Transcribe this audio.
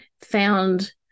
found